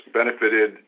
benefited